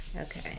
okay